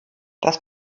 das